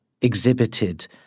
exhibited